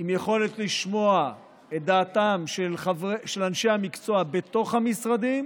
עם יכולת לשמוע את דעתם של אנשי המקצוע בתוך המשרדים